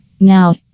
Now